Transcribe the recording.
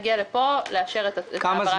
נגיע לפה כדי לאשר את ההעברה של התקנים.